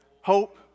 hope